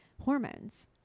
hormones